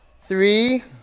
three